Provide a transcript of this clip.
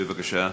בבקשה.